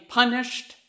punished